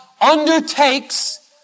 undertakes